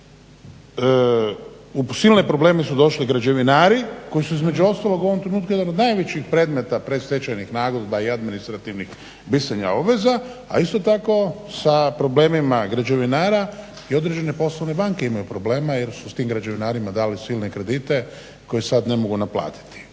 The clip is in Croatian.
u silne probleme su došli građevinari koji su između ostalog u ovom trenutku jedan od najvećih predmeta predstečajnih nagodba i administrativnih obveza, a isto tako sa problemima građevinara i određene poslovne banke imaju problema jer su s tim građevinarima dali silne kredite koje sad ne mogu naplatiti.